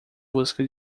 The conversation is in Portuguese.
busca